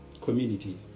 community